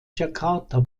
jakarta